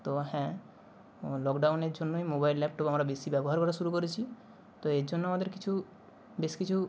তো হ্যাঁ লকডাউনের জন্যই মোবাইল ল্যাপটপ আমরা বেশি ব্যবহার করা শুরু করেছি তো এর জন্য আমাদের কিছু বেশ কিছু